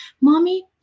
mommy